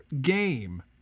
game